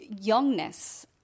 youngness